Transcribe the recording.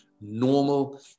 normal